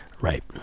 Right